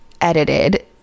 edited